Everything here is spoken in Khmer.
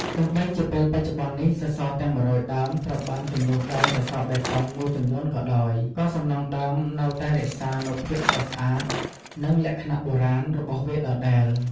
បើទោះបីជាពេលបច្ចុប្បន្ននេះ សសរទាំង ១០០ ដើមត្រូវបានជំនួសដោយសសរបេតុងមួយចំនួនក៏ដោយ ក៏សំណង់ដើមនៅ តែរក្សានូវភាពស្រស់ស្អាត និងលក្ខណៈបុរាណរបស់វាដដែល ។